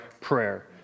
prayer